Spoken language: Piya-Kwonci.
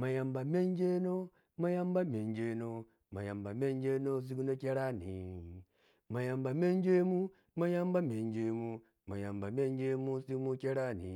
ma yamba mengeno ma yambe mengeno ma yamba mengeno sino kerni mayamba mengemu ma yamba mengemu ma yamba mengemun simu kerni